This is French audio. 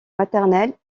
maternelles